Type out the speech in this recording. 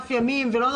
כן.